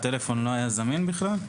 הטלפון לא היה זמין בכלל,